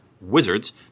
Wizards